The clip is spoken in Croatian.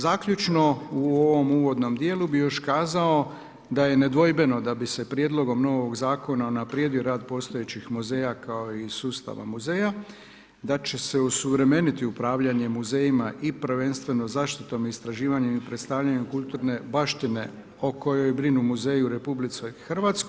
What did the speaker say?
Zaključno u ovom uvodnom djelu bih još kazao da je nedvojbeno da bi se prijedlogom novog zakona unaprijedio rad postojećih muzeja kao i sustava muzeja, da će se osuvremeniti upravljanje muzejima i prvenstveno zaštitom, istraživanjem i predstavljanjem kulturne baštine o kojoj brinu muzeji u RH.